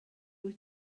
wyt